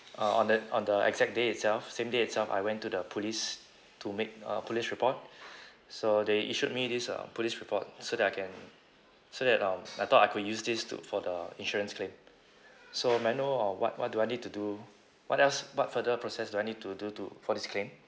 uh on the on the exact day itself same day itself I went to the police to make a police report so they issued me this uh police report so that I can so that um I thought I could use this to for the insurance claim so may I know uh what what do I need to do what else what further process do I need to do to for this claim